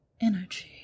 energy